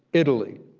italy,